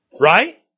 right